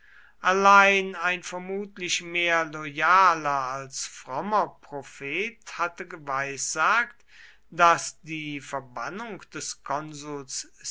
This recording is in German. allein ein vermutlich mehr loyaler als frommer prophet hatte geweissagt daß die verbannung des konsuls